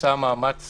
עושה מאמץ